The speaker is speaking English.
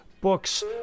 books